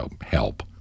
help